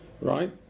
right